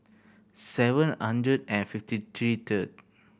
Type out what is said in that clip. seven hundred and fifty three third